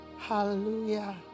Hallelujah